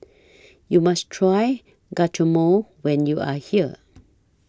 YOU must Try Guacamole when YOU Are here